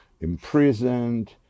imprisoned